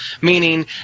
Meaning